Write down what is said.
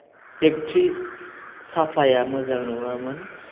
electric साफ्लायआ मोजां नङामोन